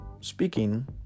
speaking